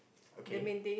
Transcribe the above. okay